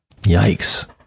Yikes